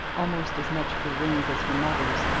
almost as much beringed as her mother's,